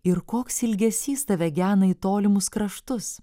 ir koks ilgesys tave gena į tolimus kraštus